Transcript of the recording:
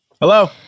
Hello